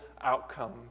outcome